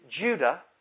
Judah